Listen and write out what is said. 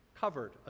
covered